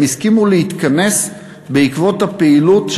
הם הסכימו להתכנס בעקבות הפעילות.